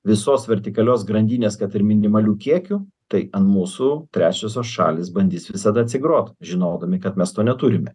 visos vertikalios grandinės kad ir minimalių kiekių tai ant mūsų trečiosios šalys bandys visada atsigrot žinodami kad mes to neturime